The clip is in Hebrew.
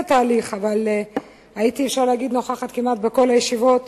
התהליך אבל הייתי נוכחת כמעט בכל הישיבות.